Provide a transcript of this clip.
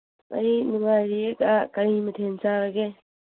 ꯑꯩ ꯅꯨꯡꯉꯥꯏꯔꯤꯌꯦ ꯀꯩ ꯃꯊꯦꯟ ꯆꯥꯔꯒꯦ